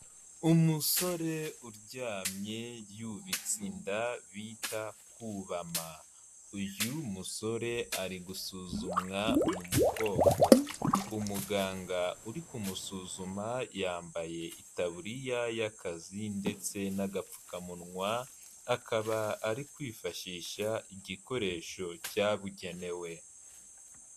Umusore uryamye yubitse indada bita kubama, uyu musore ari gusuzumwa mu mugongo, umuganga uri kumusuzuma yambaye itaburiya y'akazi ndetse n'agapfukamunwa, akaba ari kwifashisha igikoresho cyabugenewe.